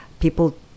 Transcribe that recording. people